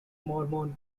mormon